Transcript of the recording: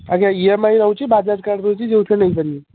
ଆଜ୍ଞା E M I ରହୁଛି Bajaj card ରହୁଛି ଯେଉଁଥିରେ ନେଇ ପାରିବେ